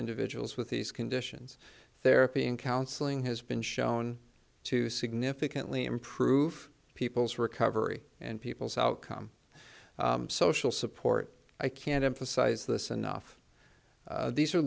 individuals with these conditions therapy and counseling has been shown to significantly improve people's recovery and people's outcome social support i can't emphasize this enough these are